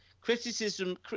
Criticism